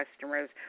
customers